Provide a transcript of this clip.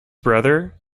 brother